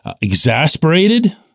exasperated